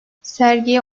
sergiye